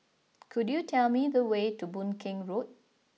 could you tell me the way to Boon Keng Road